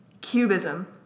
Cubism